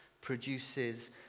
produces